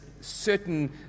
certain